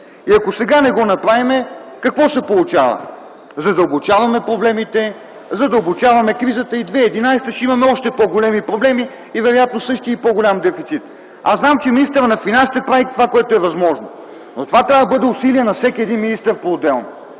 Ако сега не го направим, какво се получава? Задълбочаваме проблемите, задълбочаваме кризата и през 2011 г. ще имаме още по-големи проблеми и вероятно също и по-голям дефицит. Аз знам, че министърът на финансите прави това, което е възможно. Но това трябва да бъде усилие на всеки един министър поотделно.